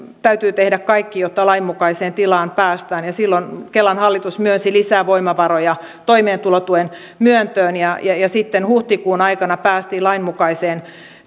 täytyy tehdä kaikki jotta lainmukaiseen tilaan päästään silloin kelan hallitus myönsi lisää voimavaroja toimeentulotuen myöntöön ja sitten huhtikuun aikana päästiin lainmukaiseen